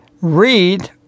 Read